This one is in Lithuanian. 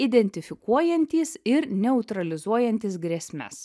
identifikuojantys ir neutralizuojantys grėsmes